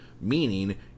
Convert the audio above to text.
Meaning